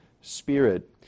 spirit